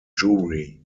jewry